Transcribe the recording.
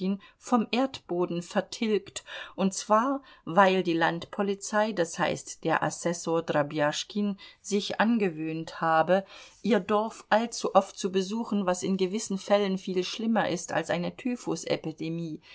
vom erdboden vertilgt und zwar weil die landpolizei d h der assessor drobjaschkin sich angewöhnt habe ihr dorf allzuoft zu besuchen was in gewissen fällen viel schlimmer ist als eine typhusepidemie